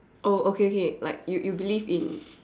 oh okay okay like you you believe in